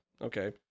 Okay